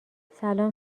سلام